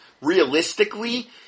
realistically